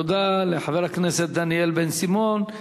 תודה לחבר הכנסת דניאל בן-סימון.